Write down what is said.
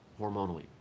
hormonally